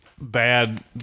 bad